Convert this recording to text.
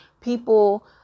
people